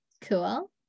cool